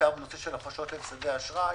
בעיקר בנושא של הפרשות לכספי האשראי.